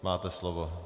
Máte slovo.